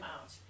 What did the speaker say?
out